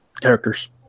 characters